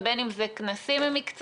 ובין אם זה כנסים מקצועיים,